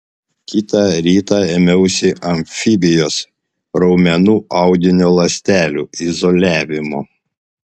kitą rytą ėmiausi amfibijos raumenų audinio ląstelių izoliavimo